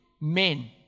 men